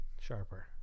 sharper